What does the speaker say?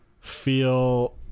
feel